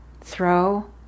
Throw